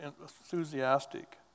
Enthusiastic